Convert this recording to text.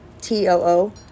T-O-O